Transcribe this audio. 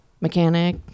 mechanic